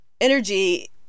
energy